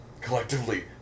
collectively